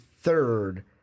third